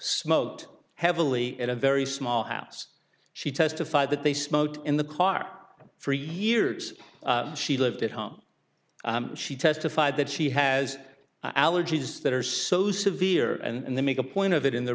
smoked heavily at a very small house she testified that they smoked in the car for years she lived at home she testified that she has allergies that are so severe and they make a point of it in their